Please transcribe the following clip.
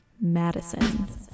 Madison